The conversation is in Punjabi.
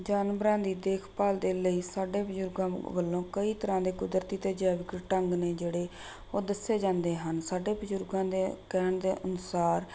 ਜਾਨਵਰਾਂ ਦੀ ਦੇਖਭਾਲ ਦੇ ਲਈ ਸਾਡੇ ਬਜ਼ੁਰਗਾਂ ਵੱਲੋਂ ਕਈ ਤਰ੍ਹਾਂ ਦੇ ਕੁਦਰਤੀ ਅਤੇ ਜੈਵਿਕ ਢੰਗ ਨੇ ਜਿਹੜੇ ਉਹ ਦੱਸੇ ਜਾਂਦੇ ਹਨ ਸਾਡੇ ਬਜ਼ੁਰਗਾਂ ਦੇ ਕਹਿਣ ਦੇ ਅਨੁਸਾਰ